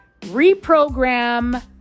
reprogram